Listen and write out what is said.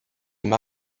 mae